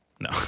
No